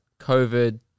COVID